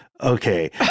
Okay